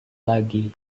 lagi